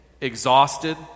exhausted